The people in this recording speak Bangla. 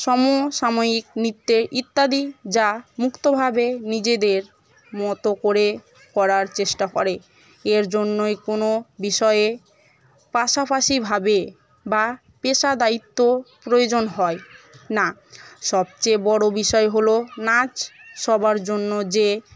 সমসাময়িক নৃত্যের ইত্যাদি যা মুক্তভাবে নিজেদের মতো করে করার চেষ্টা করে এর জন্যই কোনো বিষয়ে পাশাপাশিভাবে বা পেশাদারিত্ব প্রয়োজন হয় না সবচেয়ে বড়ো বিষয় হল নাচ সবার জন্য যে